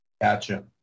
Gotcha